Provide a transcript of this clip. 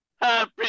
happy